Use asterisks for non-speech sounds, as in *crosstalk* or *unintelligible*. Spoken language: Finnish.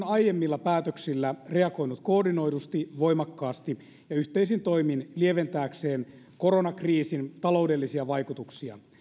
*unintelligible* aiemmilla päätöksillä reagoinut koordinoidusti voimakkaasti ja yhteisin toimin lieventääkseen koronakriisin taloudellisia vaikutuksia